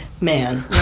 man